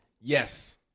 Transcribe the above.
Yes